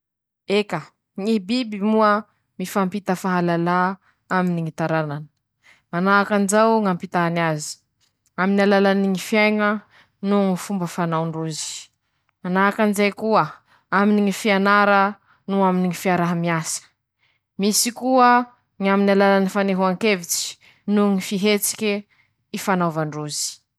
<...>Ireto aby i ñy toetsy tsy manam-paharoe anañany ñy boloky: -Ñy fanañany ñy taña valo, -Ñy fahaiza manaonee aminy ñy fiovany ñy loko noho ñy endriky, -Ñy fahatsapany manoka noho ñy fahaiza manaony aminy ñy fiaiñany miavaky aminy ñy biby iaby zay, -Fahaiza manaone aminy ñy famoroña no ñ' aminy ñy fomba fisaiñany.<...>